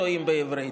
טועים בעברית.